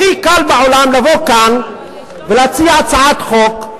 הכי קל בעולם לבוא כאן ולהציע הצעת חוק,